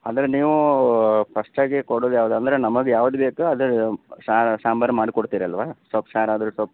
ಅಂದರೆ ನೀವು ಫಸ್ಟ್ ಆಗಿ ಕೊಡುದು ಯಾವುದು ಅಂದರೆ ನಮಗೆ ಯಾವುದು ಬೇಕೋ ಅದು ಸಾರು ಸಾಂಬಾರು ಮಾಡಿಕೊಡ್ತೀರಲ್ವಾ ಸೊಪ್ಪು ಸಾರಾದರೆ ಸೊಪ್ಪು